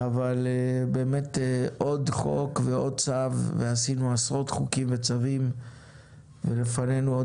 אבל באמת עוד חוק ועוד צו ועשינו עשרות חוקים וצווים ולפנינו עוד